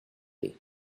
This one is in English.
day